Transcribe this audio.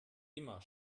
immer